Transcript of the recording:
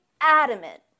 adamant